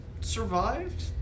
survived